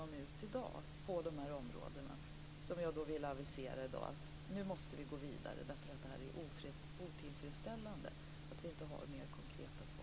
Nu måste vi gå vidare, eftersom det är otillfredsställande att det inte finns fler konkreta svar i dag.